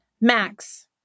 max